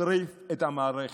זה מטריף את המערכת.